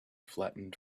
flattened